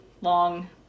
long